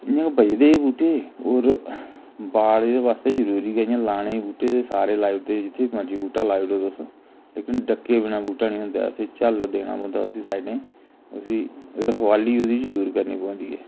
इ'यां गै बचदे एह् बूहटे होर बाड़ एह्दे आस्तै जरुरी गै इ'यां लाने गी बूहटे सारे लाई ओड़दे जित्थे मर्जी बूहटा लेई ओड़ो तुस लेकिन डक्के बिना बूहटा नेईं होंदा ऐ स्हेई झल्ल देना पौंदा उसी साइडै उसी रखवाली ओह्दी जरूर करनी पौंदी ऐ